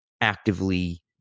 actively